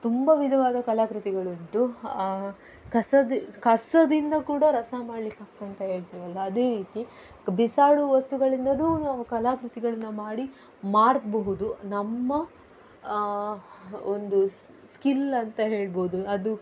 ತುಂಬ ವಿಧವಾದ ಕಲಾಕೃತಿಗಳುಂಟು ಕಸದ ಕಸದಿಂದ ಕೂಡ ರಸ ಮಾಡ್ಲಿಕ್ಕಾಗ್ತದೆ ಅಂತ ಹೇಳ್ತೇವಲ್ಲ ಅದೇ ರೀತಿ ಬಿಸಾಡುವ ವಸ್ತುಗಳಿಂದಲೂ ನಾವು ಕಲಾಕೃತಿಗಳನ್ನು ಮಾಡಿ ಮಾರಬಹುದು ನಮ್ಮ ಒಂದು ಸ್ಕಿಲ್ ಅಂತ ಹೇಳ್ಬೋದು ಅದು